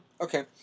Okay